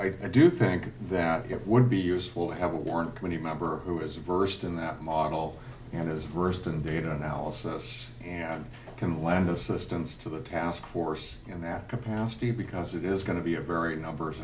but i do think that it would be useful to have a warrant when he member who is versed in that model and has versed in data analysis and can lend assistance to the task force in that capacity because it is going to be a very numbers